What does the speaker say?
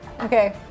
Okay